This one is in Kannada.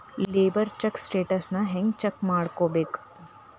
ಲೆಬರ್ ಚೆಕ್ ಸ್ಟೆಟಸನ್ನ ಹೆಂಗ್ ಚೆಕ್ ಮಾಡ್ಕೊಬೇಕ್?